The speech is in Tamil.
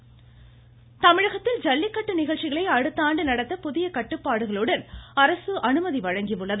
ஜல்லிக்கட்டு தமிழகத்தில் ஜல்லிக்கட்டு நிகழ்ச்சிகளை அடுத்த ஆண்டு நடத்த புதிய கட்டுப்பாடுகளுடன் அரசு அனுமதி வழங்கியுள்ளது